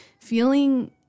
feeling